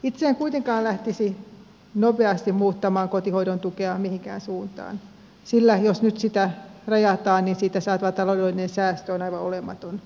itse en kuitenkaan lähtisi nopeasti muuttamaan kotihoidon tukea mihinkään suuntaan sillä jos nyt sitä rajataan niin siitä saatu taloudellinen säästö on aivan olematon